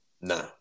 Nah